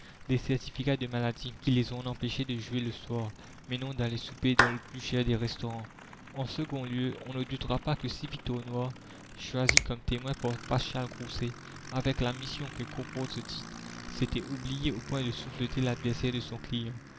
des certificats de maladies qui les ont empêchées de jouer le soir mais non d'aller souper dans le plus cher des restaurants en second lieu on ne doutera pas que si victor noir choisi comme témoin par paschal grousset avec la mission que comporte ce titre s'était oublié au point de souffleter l'adversaire de son client